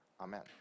Amen